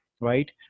right